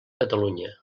catalunya